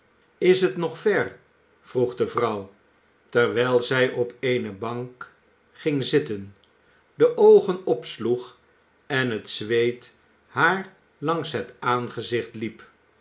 is het nog ver vroeg de vrouw terwijl zij op eene bank ging zitten de oogen opsloeg en het zweet haar langs het aangezicht liep